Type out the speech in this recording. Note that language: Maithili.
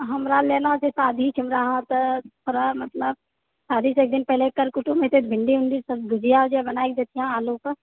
हमरा लेना छै शादी छै हमरा अहाँके थोड़ा मतलब शादी से एकदिन पहले कऽर कुटुम्ब अयतै भिण्डी उन्डी सब भुजिया उजिया बनाके देतियै आलूके